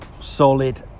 solid